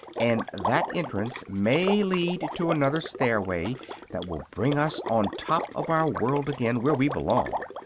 and that entrance may lead to another stairway that will bring us on top of our world again, where we belong.